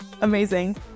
Amazing